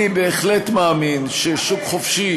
אני בהחלט מאמין ששוק חופשי,